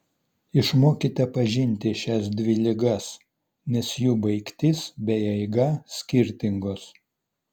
išmokite pažinti šias dvi ligas nes jų baigtis bei eiga skirtingos